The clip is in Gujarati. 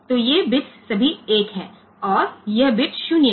તેઓ f છે અને આ બધા બિટ્સ પણ 1 છે અને આ બીટ 0 છે